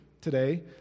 today